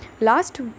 last